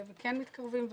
וכן מתקרבים,